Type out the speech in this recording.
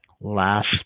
Last